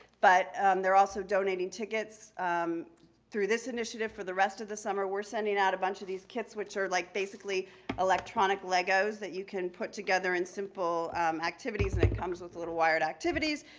but they're also donating tickets through this initiative. for the rest of the summer we're sending out a bunch of these kits which are like basically electronic legos that you can put together in simple activities, and it comes with little wired activities,